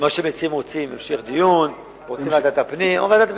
מה שהמציעים רוצים: המשך דיון, ועדת הפנים.